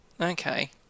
Okay